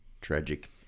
tragic